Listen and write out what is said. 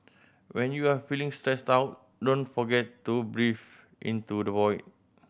when you are feeling stressed out don't forget to breathe into the void